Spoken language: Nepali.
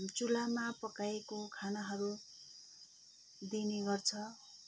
चुल्हामा पकाएको खानाहरू दिने गर्छ